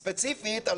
ספציפית,